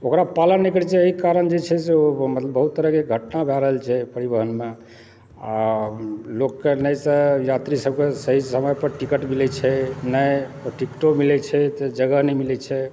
ओकरा पालन नहि करइ छै एहि कारण जे छै से ओ बहुत तरहकेँ घटना भए रहल छै परिवहनमे आ लोककेँ नहि से यात्री सभकऽ सही समय पर टिकट मिलय छै नहि तऽ टिकटो मिलैत छै तऽ जगह नहि मिलैत छै ओकर कारण